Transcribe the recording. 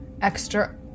extra